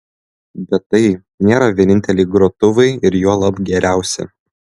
bet tai nėra vieninteliai grotuvai ir juolab geriausi